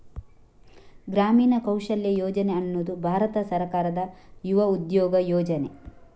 ಗ್ರಾಮೀಣ ಕೌಶಲ್ಯ ಯೋಜನೆ ಅನ್ನುದು ಭಾರತ ಸರ್ಕಾರದ ಯುವ ಉದ್ಯೋಗ ಯೋಜನೆ